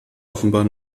offenbar